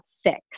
six